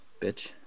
bitch